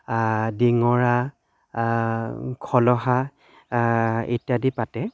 ডিঙৰা খলহা ইত্যাদি পাতে